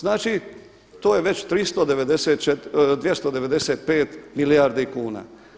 Znači, to je već 295 milijardi kuna.